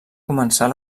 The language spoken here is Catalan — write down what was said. començar